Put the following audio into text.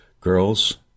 girls